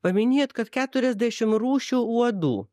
paminėjot kad keturiasdešim rūšių uodų